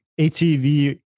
ATV